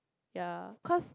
ya cause